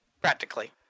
Practically